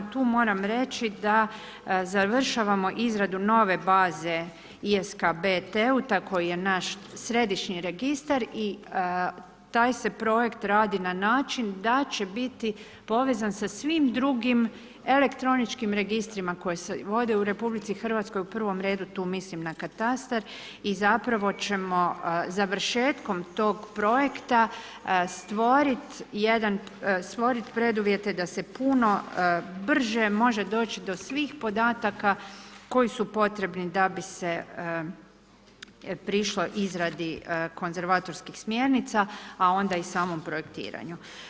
Tu moram reći da završavamo izradu nove baze ... tako je naš središnji registar i taj se projekt radi na način da će biti povezan sa svim drugim elektroničkim registrima koji se vode u RH u prvom redu tu mislim na katastar i zapravo ćemo završetkom tog projekta stvoriti jedan, stvoriti preduvjete da se puno brže može doći do svih podataka koji su potrebni da bi se prišlo izradi konzervatorskih smjernica a onda i samom projektiranju.